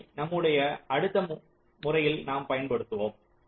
இதை நம்முடைய அடுத்த முறையில் நாம் பயன்படுத்துவோம்